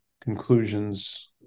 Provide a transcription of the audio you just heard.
conclusions